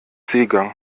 seegang